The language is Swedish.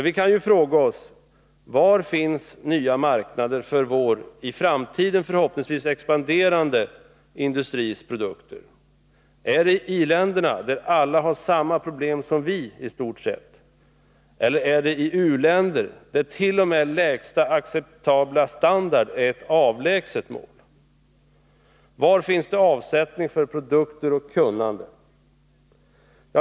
Vi kan ju fråga oss: Var finns nya marknader för vår — i framtiden förhoppningsvis expanderande — industris produkter? Är det i i-länderna, där alla har i stort sett samma problem som vi, eller är det i u-länder där t.o.m. lägsta acceptabla standard är ett avlägset mål? Var finns det avsättning för produkter och kunnande?